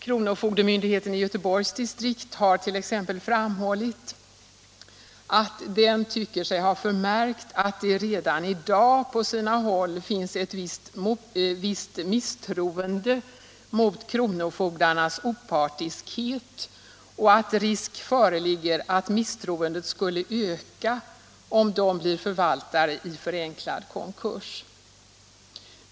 Kronofogdemydigheten i Göteborgs distrikt har t.ex. framhållit att den tycker sig ha förmärkt att det redan i dag på sina håll finns ett visst misstroende mot kronofogdarnas opartiskhet och att risk föreligger att misstroendet skulle öka om de blir förvaltare i förenklad konkurs.